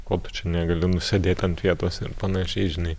ko tu čia negali nusėdėt ant vietos ir panašiai žinai